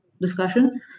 discussion